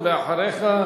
אחריך,